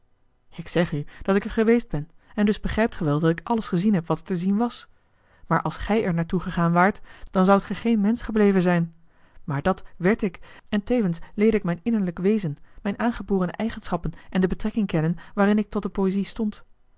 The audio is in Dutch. ik zeg u dat ik er geweest ben en dus begrijpt ge wel dat ik alles gezien heb wat er te zien was maar als gij er naar toe gegaan waart dan zoudt ge geen mensch gebleven zijn maar dat werd ik en tevens leerde ik mijn innerlijk wezen mijn aangeborene eigenschappen en de betrekking kennen waarin ik tot de poëzie stond